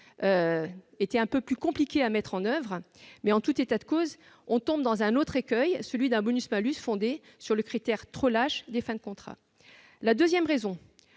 était certes un peu compliquée à mettre en oeuvre, on tombe dans un autre écueil : celui d'un bonus-malus fondé sur le critère trop lâche des fins de contrat. La deuxième raison